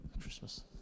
Christmas